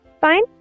Fine